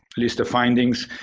list the findings,